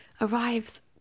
arrives